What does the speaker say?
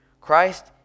Christ